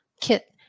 kit